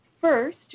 first